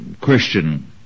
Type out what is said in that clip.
Christian